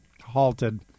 halted